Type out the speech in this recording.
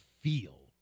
feel